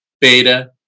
beta